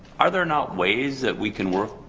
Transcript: are there not ways that we can work,